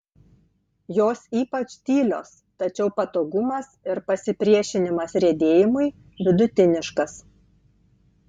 jos ypač tylios tačiau patogumas ir pasipriešinimas riedėjimui vidutiniškas